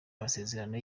amasezerano